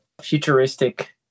futuristic